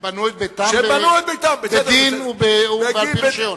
שהם בנו את ביתם בדין ועל-פי רשיון.